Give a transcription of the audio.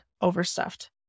overstuffed